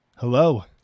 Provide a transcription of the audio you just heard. hello